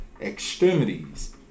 extremities